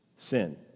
Sin